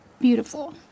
beautiful